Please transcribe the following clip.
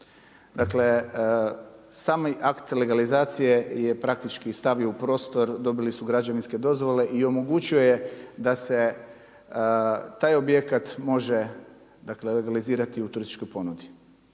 Dakle, sami akt legalizacije je praktički stavi u prostor dobili su građevinske dozvole i omogućuje da se taj objekat može legalizirati u turističkoj ponudi.